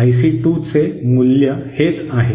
IC 2 चे मूल्य हेच आहे